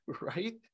right